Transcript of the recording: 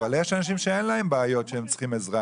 אבל יש אנשים שאין להם בעיות שהם צריכים עזרה,